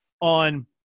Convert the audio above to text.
on –